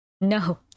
No